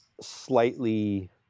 slightly